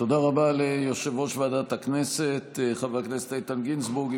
תודה רבה ליושב-ראש ועדת הכנסת חבר הכנסת איתן גינזבורג.